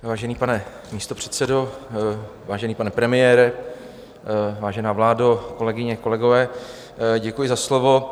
Vážený pane místopředsedo, vážený pane premiére, vážená vládo, kolegyně, kolegové, děkuji za slovo.